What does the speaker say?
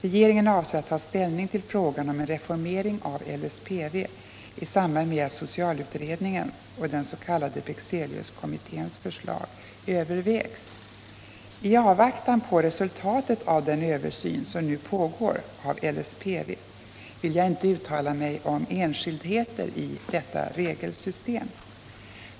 Regeringen avser att ta ställning till frågan om en reformering av LSPV i samband med att socialutredningens och den s.k. Bexeliuskommitténs förslag övervägs. I avvaktan på resultatet av den översyn som nu pågår av LSPV vill jag inte uttala mig om enskildheter i detta regelsystem.